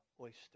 oyster